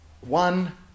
One